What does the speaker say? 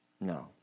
No